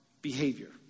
behavior